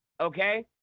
okay